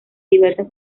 diversas